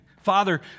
Father